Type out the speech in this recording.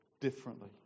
differently